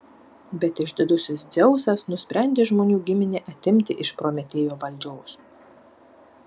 bet išdidusis dzeusas nusprendė žmonių giminę atimti iš prometėjo valdžios